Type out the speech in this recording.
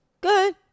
good